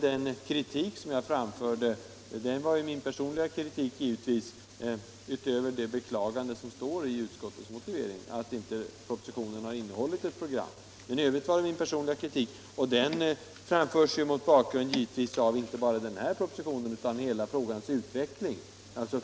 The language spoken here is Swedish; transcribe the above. Den kritik som jag framförde, var givetvis min personliga kritik, utöver beklagandet i utskottets motivering av att propositionen inte innehåller ett program. Och denna min personliga kritik framfördes naturligtvis mot bakgrund inte bara av den här propositionen utan av hela frågans utveckling.